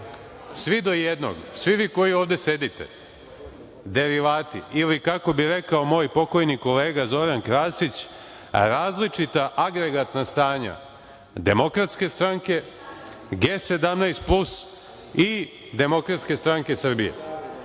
svi do jednog, svi vi koji ovde sedite ste derivati ili, kako bi rekao moj pokojni kolega Zoran Krasić, različita agregatna stanja Demokratske stranke, G17 plus i Demokratske stranke Srbije,